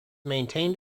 maintained